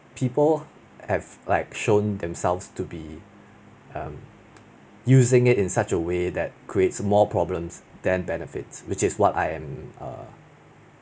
people have like shown themselves to be um using it in such a way that creates more problems than benefit which what I am err